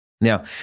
Now